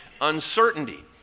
uncertainty